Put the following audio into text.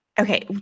Okay